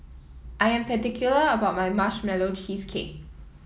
I am particular about my Marshmallow Cheesecake